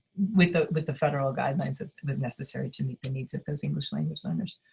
with ah with the federal guidelines that was necessary to meet the needs of those english language learners.